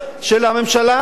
של הממשלה,